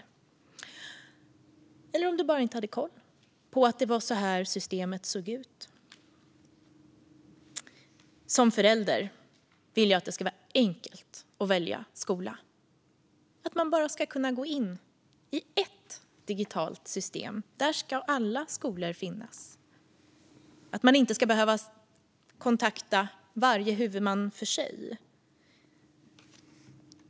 Detsamma om du bara inte hade koll på att det var så här systemet såg ut. Som förälder vill jag att det ska vara enkelt att välja skola och att man bara ska kunna gå in i ett digitalt system där alla skolor finns. Man ska inte behöva kontakta varje huvudman för sig.